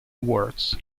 awards